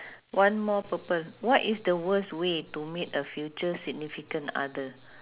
one more purple what is the worst way to meet a future significant other